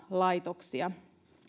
laitoksiin